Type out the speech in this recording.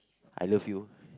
I love you